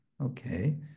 okay